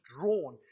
drawn